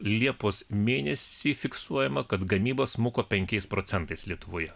liepos mėnesį fiksuojama kad gamyba smuko penkiais procentais lietuvoje